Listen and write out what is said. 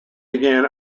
began